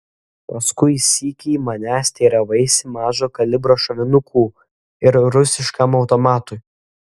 paskui sykį manęs teiravaisi mažo kalibro šovinukų ir rusiškam automatui